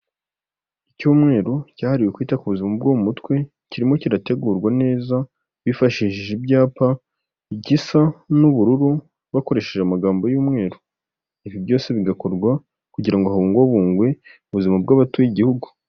Icyumweru cyahariwe kwita ku buzima bwo mu mutwe kirimo kirategurwa neza bifashishije ibyapa gisa n'ubururu bakoresheje amagambo y'umweru ibi byose bigakorwa kugira ngo habungabungwe ubuzima bw'abatuye igihugu.